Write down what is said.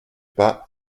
pas